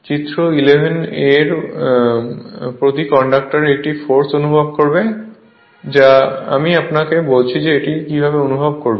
চিত্র 11 এর প্রতিটি কন্ডাক্টর একটি ফোর্স অনুভব করবে যা আমি আপনাকে বলেছি এটি কীভাবে অনুভব করবে